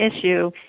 issue